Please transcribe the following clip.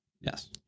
Yes